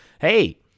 hey